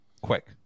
quick